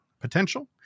potential